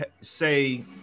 say